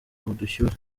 ubushyuhe